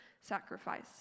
sacrifice